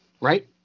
right